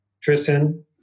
Tristan